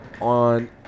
on